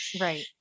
Right